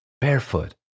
barefoot